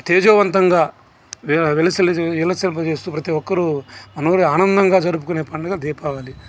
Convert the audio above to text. తేజోవంతంగా వె వెలసిల్లా వెలసింప చేస్తూ ప్రతి ఒక్కరు ఆనం ఆనందంగా జరుపుకునే పండుగ దీపావళి